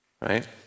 right